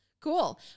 Cool